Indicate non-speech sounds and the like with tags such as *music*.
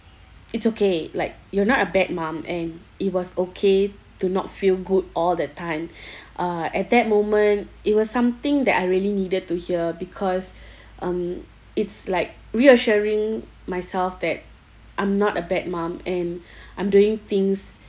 it's okay like you're not a bad mum and it was okay to not feel good all the time *breath* uh at that moment it was something that I really needed to hear because um it's like reassuring myself that I'm not a bad mum and I'm doing things